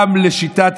גם לשיטת,